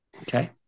Okay